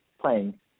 playing